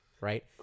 right